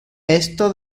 esto